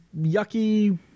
yucky